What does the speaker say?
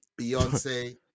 Beyonce